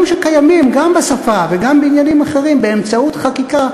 שקיימים גם בשפה וגם בעניינים אחרים באמצעות חקיקה,